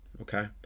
okay